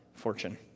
fortune